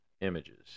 Images